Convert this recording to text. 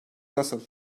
nasıl